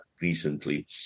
recently